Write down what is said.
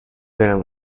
برم